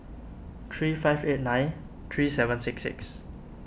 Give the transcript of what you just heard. three five eight nine three seven six six